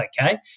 okay